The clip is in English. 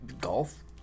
Golf